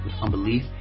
unbelief